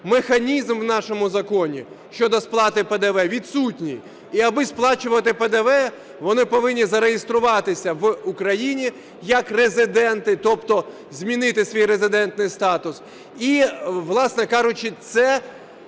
механізм в нашому законі щодо сплати ПДВ відсутній. І аби сплачувати ПДВ, вони повинні зареєструватися в Україні як резиденти, тобто змінити свій резидентний статус.